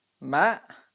Matt